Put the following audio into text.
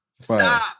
Stop